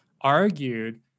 argued